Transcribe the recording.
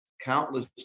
countless